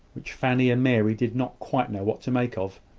which fanny and mary did not quite know what to make of.